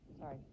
Sorry